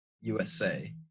usa